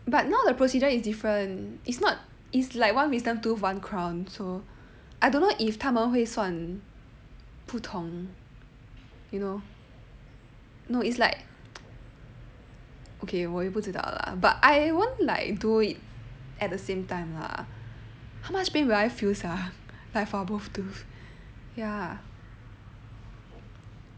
but now the procedure is different it's not it's like one wisdom tooth one crown so I don't know if 他们会算不同 you know no it's like okay 我也不知道 lah but I won't like do it at the same time lah how much pain will I feel sia like for both tooth ya